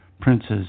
prince's